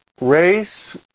race